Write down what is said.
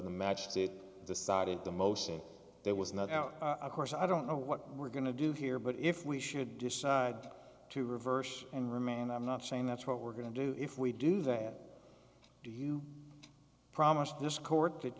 the magistrate decided the motion that was not out of course i don't know what we're going to do here but if we should decide to reverse and remand i'm not saying that's what we're going to do if we do that do you promise this court that